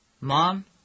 Mom